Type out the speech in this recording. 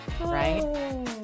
right